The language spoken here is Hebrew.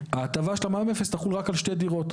ההטבה של מע"מ אפס תחול רק על שתי דירות.